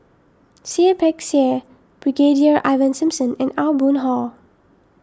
Seah Peck Seah Brigadier Ivan Simson and Aw Boon Haw